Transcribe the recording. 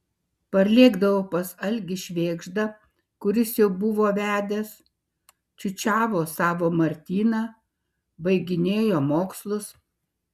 parlėkdavau pas algį švėgždą kuris jau buvo vedęs čiūčiavo savo martyną baiginėjo mokslus